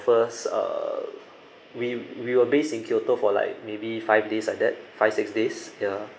first uh we we were based in kyoto for like maybe five days like that five six days ya